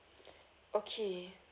okay